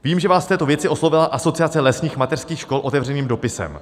Vím, že vás v této věci oslovila Asociace lesních mateřských škol otevřeným dopisem.